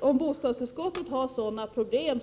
Om bostadsutskottet har sådana problem